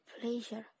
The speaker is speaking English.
pleasure